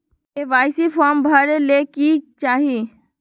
KYC form भरे ले कि चाही?